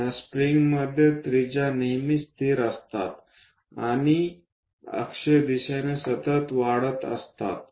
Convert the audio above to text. या स्प्रिंग्समध्ये त्रिज्या नेहमीच स्थिर असतात आणि ते अक्षीय दिशेने सतत वाढत असतात